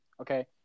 okay